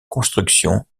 construction